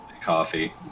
coffee